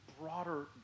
broader